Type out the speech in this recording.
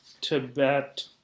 Tibet